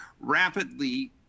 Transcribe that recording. rapidly